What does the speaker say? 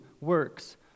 works